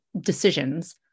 decisions